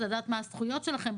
לדעת מה הזכויות שלכם.